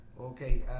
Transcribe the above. Okay